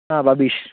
ആ ബബീഷ്